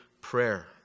prayer